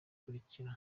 akurikira